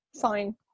fine